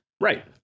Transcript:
Right